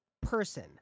person